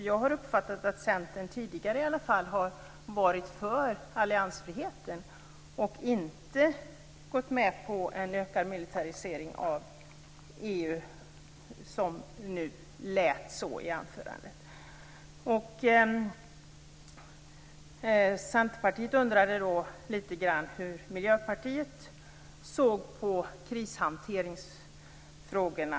Jag har uppfattat att Centern i alla fall tidigare har varit för alliansfriheten och inte gått med på en ökad militarisering av Centerpartiet undrade hur Miljöpartiet såg på krishanteringsfrågorna.